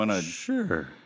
Sure